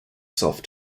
self